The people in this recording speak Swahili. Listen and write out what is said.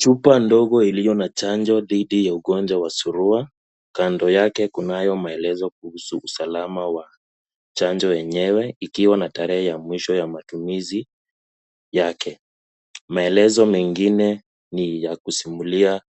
Chupa ndogo iliyo na chanjo dhidi ya ugonjwa wa surua kando yake kunayo maelezo kuhusu usalama wa chanjo yenyewe ikiwa na tarehe ya mwisho ya matumizi yake. Maelezo mengine ni ya kusimulia